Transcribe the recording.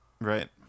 Right